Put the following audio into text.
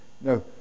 No